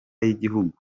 y’igihugu